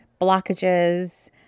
blockages